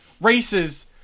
races